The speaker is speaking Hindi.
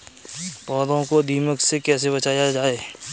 पौधों को दीमक से कैसे बचाया जाय?